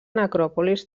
necròpolis